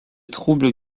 troubles